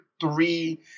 three